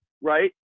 right